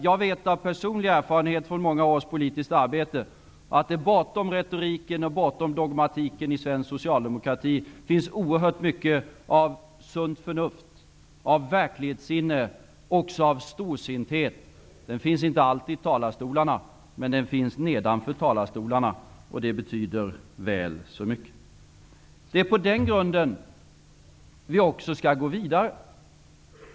Jag vet av personlig erfarenhet från många års politiskt arbete att det bortom retoriken och dogmatiken i svensk socialdemokrati finns oerhört mycket av sunt förnuft, verklighetssinne och en storsinthet. Den återfinns inte alltid i det som sägs från talarstolarna. Men den finns nedanför talarstolarna, och det betyder väl så mycket. Det är på den grunden vi skall gå vidare.